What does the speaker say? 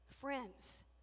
Friends